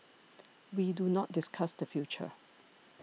we do not discuss the future